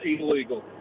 illegal